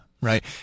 right